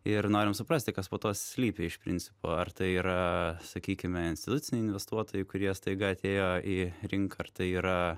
ir norim suprasti kas po tuo slypi iš principo ar tai yra sakykime instituciniai investuotojai kurie staiga atėjo į rinką ar tai yra